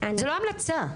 זו לא המלצה.